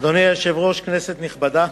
אדוני היושב-ראש, כנסת נכבדה,